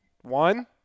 One